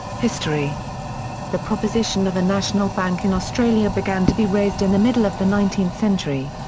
history the proposition of a national bank in australia began to be raised in the middle of the nineteenth century.